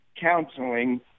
counseling